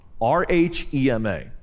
R-H-E-M-A